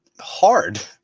hard